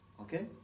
okay